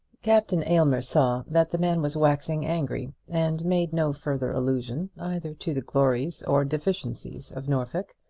captain aylmer saw that the man was waxing angry, and made no further allusion either to the glories or deficiencies of norfolk.